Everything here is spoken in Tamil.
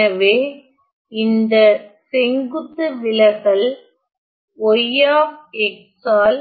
எனவே இந்த செங்குத்து விலகல் y ஆல்